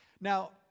Now